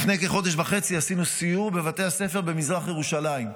לפני כחודש וחצי עשינו סיור בבתי הספר במזרח ירושלים.